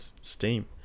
steam